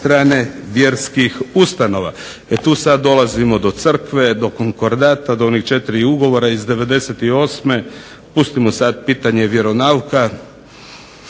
Hvala vam